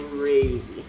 crazy